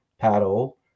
paddle